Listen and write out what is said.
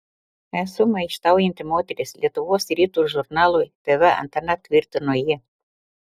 esu maištaujanti moteris lietuvos ryto žurnalui tv antena tvirtino ji